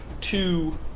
two